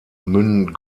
münden